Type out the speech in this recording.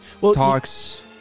talks